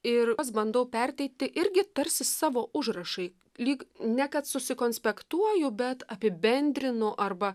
ir bandau perteiti irgi tarsi savo užrašai lyg ne kad susikonspektuoju bet apibendrinu arba